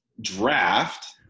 draft